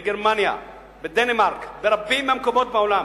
בגרמניה, בדנמרק, ברבים מהמקומות בעולם.